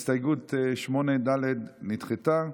הסתייגות 8 ד' נדחתה.